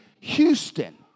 Houston